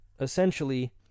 essentially